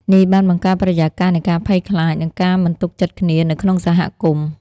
នេះបានបង្កើតបរិយាកាសនៃការភ័យខ្លាច និងការមិនទុកចិត្តគ្នានៅក្នុងសហគមន៍។